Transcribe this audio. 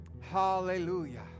Hallelujah